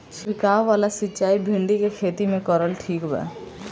छीरकाव वाला सिचाई भिंडी के खेती मे करल ठीक बा?